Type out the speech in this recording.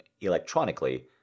electronically